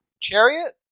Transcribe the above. Chariot